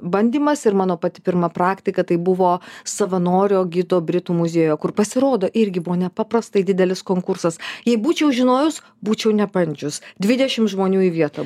bandymas ir mano pati pirma praktika tai buvo savanorio gido britų muziejuje kur pasirodo irgi buvo nepaprastai didelis konkursas jei būčiau žinojus būčiau nebandžius dvidešim žmonių į vietą